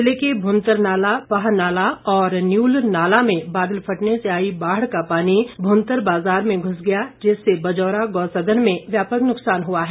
जिले के भुंतर नाला पाहनाला और न्यूल नाला में बादल फटने से आई बाढ़ का पानी भूंतर बाजार में घूस गया जिससे बजौरा गौसदन में व्यापक नुकसान हुआ है